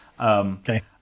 Okay